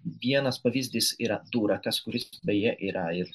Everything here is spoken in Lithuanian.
vienas pavyzdys yra durakas kuris beje yra ir